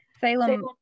Salem